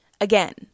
again